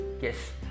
yes